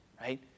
right